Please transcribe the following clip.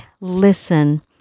listen